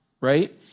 right